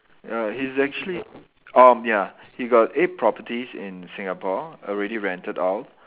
ya he's actually um ya he got eight properties in Singapore already rented out